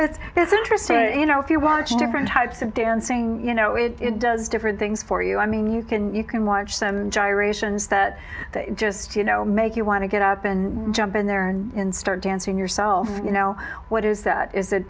know it's interesting you know if you watch a different types of dancing you know it does different things for you i mean you can you can watch them gyrations that just you know make you want to get up and jump in there and in start dancing yourself you know what is that is